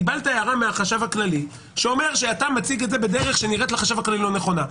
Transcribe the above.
קיבלת הערה מהחשב הכללי שאומר שאתה מציג את זה בדרך שנראית לך לא נכונה.